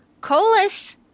Colas